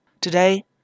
Today